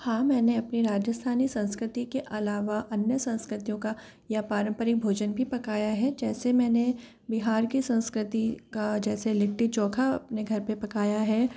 हाँ मैंने अपने राजस्थानी संस्कृति के अलावा अन्य संस्कृतियों का या पारम्परिक भोजन भी पकाया है जैसे मैंने बिहार की संस्कृति का जैसे लिट्टी चोखा अपने घर पे पकाया है